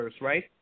right